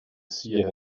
seer